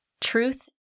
Truth